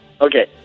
Okay